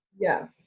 yes